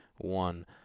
one